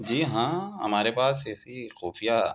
جی ہاں ہمارے پاس ایسی خفیہ